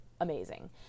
amazing